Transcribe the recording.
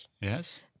Yes